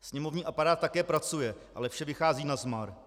Sněmovní aparát také pracuje, ale vše vychází nazmar.